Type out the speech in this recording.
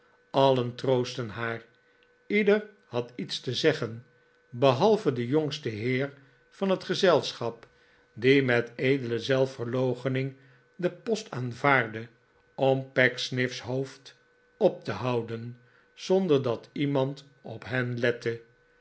allen troostten haar leder had iets te zeggen behalve de jongste heer van het gezelschap die met edele zelfverloochening den post aanvaardde om pecksniff's hoofd op te houden zonder dat iemand op hem lette